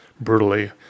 brutally